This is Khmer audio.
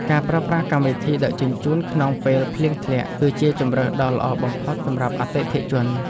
ការប្រើប្រាស់កម្មវិធីដឹកជញ្ជូនក្នុងពេលភ្លៀងធ្លាក់ គឺជាជម្រើសដ៏ល្អបំផុតសម្រាប់អតិថិជន។